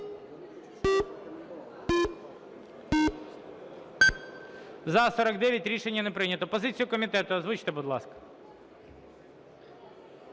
За-49 Рішення не прийнято. Позицію комітету озвучте, будь ласка.